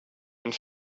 and